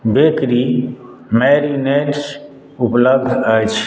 bakery marinades उपलब्ध अछि